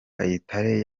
kayitare